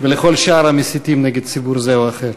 ולכל שאר המסיתים נגד ציבור זה או אחר.